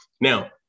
Now